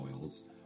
oils